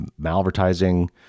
malvertising